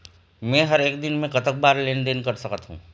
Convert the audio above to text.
मे हर एक दिन मे कतक बार लेन देन कर सकत हों?